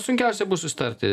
sunkiausia bus susitarti